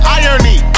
irony